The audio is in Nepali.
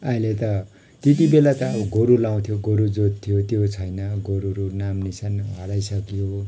अहिले त त्यति बेला त अब गोरु लाउथ्यो गोरु जोत्थ्यो त्यो छैन गोरुहरू नाम निसान हराइसक्यो